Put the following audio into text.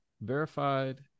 verified